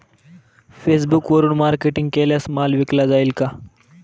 फेसबुकवरुन मार्केटिंग केल्यास माल विकला जाईल का?